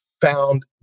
found